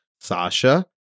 Sasha